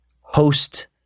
host